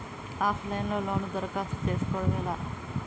Of line లో లోను దరఖాస్తు చేసుకోవడం ఎలా?